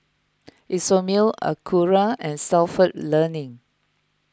Isomil Acura and Stalford Learning